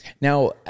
now